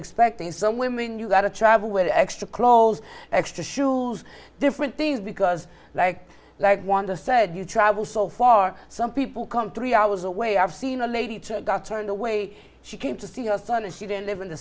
expecting some women you got to travel with extra clothes extra shoes different things because like like wonder said you travel so far some people come three hours away i've seen a lady got turned away she came to see her son and she didn't live in the